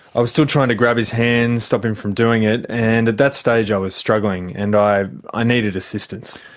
i was still trying to grab his hand, stop him from doing it, and at that stage i was struggling and i i needed assistance.